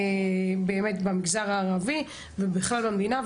באמת במגזר הערבי ובכלל במדינה,